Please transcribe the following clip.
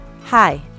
Hi